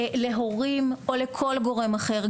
להורים או לכל גורם אחר,